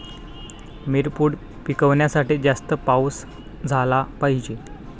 मिरपूड पिकवण्यासाठी जास्त पाऊस झाला पाहिजे